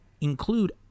include